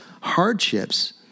hardships